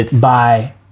by-